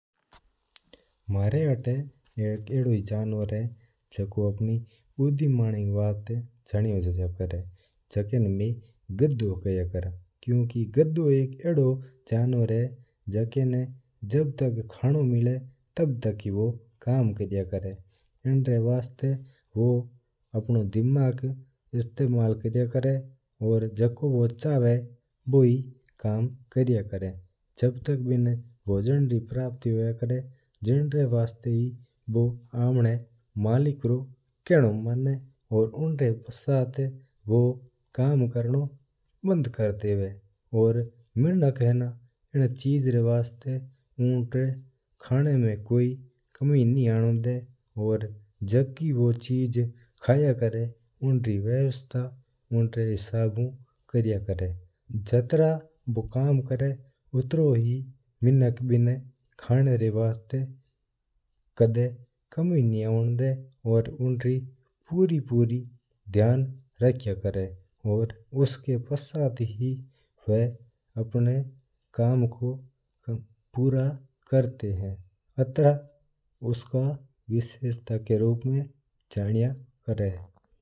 म्हारा आता एक अद्धों जानवर है जू बुद्धिमानी वास्ता जान्यो जया करा है। जको ना मैं गाड़ी किया करा है गाड़ी एक अद्दो जनवरा है जू की जब तक खाणोंमिला तब तक ही काम करा है और खाणो नीं मिला तो कों करा। एंरा वास्ता बू आपणो दिमाग इस्तेमाल कराया करा है और जको बू चावा है बू ही कराया करा है। जब तक बिण्न भोजन री प्राप्ति होया करा है तब तक ही बू कम्म क्रया करा है। वो आपणा मालिक रू खेनो मना उनरा पछात बू काम क्रनो बंद कर दैवा है। ज्यू मीनक इन री वास्ता ना ही बिना खाना मैं कोई कमी नीं आवण देवा है और जाकी चीज वो खाया करा है बिण्न चीज री व्यवस्था तो अपना आप कराया करा है।